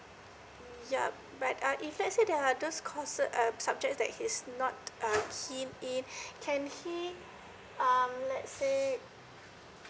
yeah but uh if let's say the other course uh subject that he's not err keen in can he err let's say